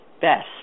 best